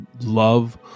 love